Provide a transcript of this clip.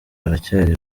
haracyari